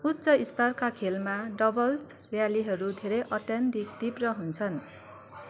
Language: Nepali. उच्च स्तरका खेलमा डबल्स र्यालीहरू धेरै अत्यन्धिक तीव्र हुन्छन्